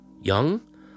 Young